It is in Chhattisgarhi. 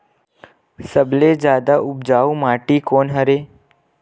सबले जादा उपजाऊ माटी कोन हरे?